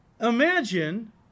Imagine